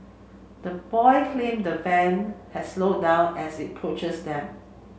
the boy claimed the van has slowed down as it approached them